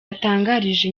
yatangarije